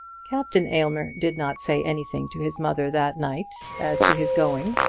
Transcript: captain aylmer did not say anything to his mother that night as to his going,